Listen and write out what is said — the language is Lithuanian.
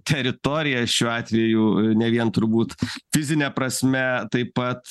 teritorija šiuo atveju ne vien turbūt fizine prasme taip pat